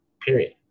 period